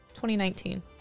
2019